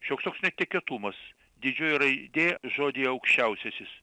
šioks toks netikėtumas didžioji raidė žodyje aukščiausiasis